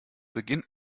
beginn